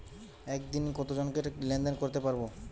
একদিন কত জনকে টাকা লেনদেন করতে পারবো?